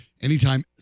anytime